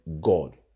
God